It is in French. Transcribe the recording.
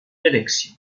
élection